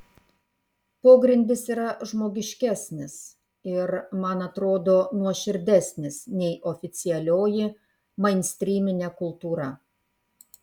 pogrindis yra žmogiškesnis ir man atrodo nuoširdesnis nei oficialioji mainstryminė kultūra